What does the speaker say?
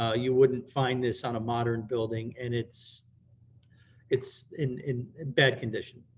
ah you wouldn't find this on a modern building and it's it's in in bad condition,